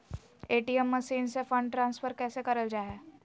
ATM machine से fund transfer कैसे करल जा है?